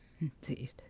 Indeed